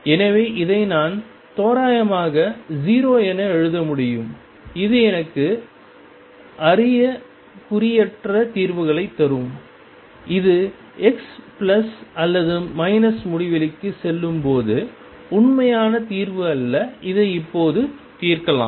எனவே இதை நான் தோராயமாக 0 என எழுத முடியும் இது எனக்கு அறிகுறியற்ற தீர்வுகளைத் தரும் இது x பிளஸ் அல்லது மைனஸ் முடிவிலிக்குச் செல்லும் போது உண்மையான தீர்வு அல்ல இதை இப்போது தீர்க்கலாம்